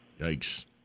Yikes